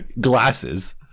glasses